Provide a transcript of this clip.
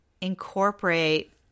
incorporate